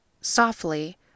softly